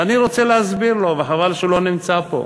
ואני רוצה להסביר לו, וחבל שהוא לא נמצא פה.